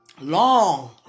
Long